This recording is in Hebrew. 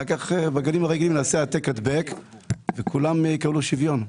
אחר כך בגנים הרגילים נעשה העתק-הדבק וכולם יקבלו שוויון.